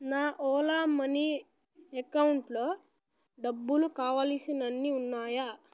నా ఓలా మనీ ఎకౌంట్లో డబ్బులు కావలసినన్ని ఉన్నాయా